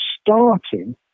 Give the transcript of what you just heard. starting